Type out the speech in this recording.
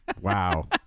Wow